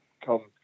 come